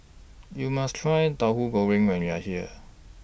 YOU must Try Tahu Goreng when YOU Are here